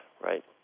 right